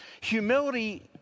Humility